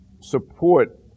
support